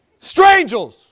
Strangels